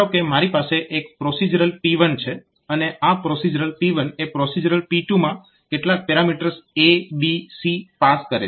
ધારો કે મારી પાસે એક પ્રોસીજરલ P1 છે અને આ પ્રોસીજરલ P1 એ પ્રોસીજરલ P2 માં કેટલાક parameters a b c pass કરે છે